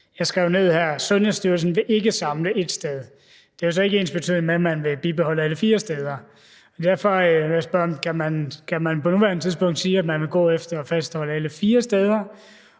jeg skrev ned: Sundhedsstyrelsen vil ikke samle det ét sted. Det er jo ikke ensbetydende med, at man vil bibeholde alle fire steder. Derfor vil jeg spørge: Kan man på nuværende tidspunkt sige, at man vil gå efter at fastholde alle fire steder?